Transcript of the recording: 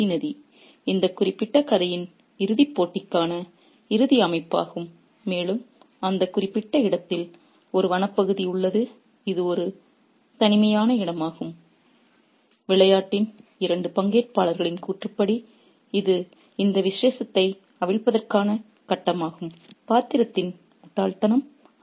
கோமதி நதி இந்த குறிப்பிட்ட கதையின் இறுதிப்போட்டிக்கான இறுதி அமைப்பாகும் மேலும் அந்த குறிப்பிட்ட இடத்தில் ஒரு வனப்பகுதி உள்ளது இது ஒரு தனிமையான இடமாகும் விளையாட்டின் இரண்டு பங்கேற்பாளர்களின் கூற்றுப்படி இது இந்த விசேஷத்தை அவிழ்ப்பதற்கான கட்டமாகும் பாத்திரத்தின் முட்டாள்தனம்